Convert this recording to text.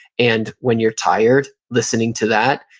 and when you're tired, listening to that,